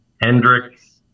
Hendricks